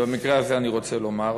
ובמקרה הזה אני רוצה לומר,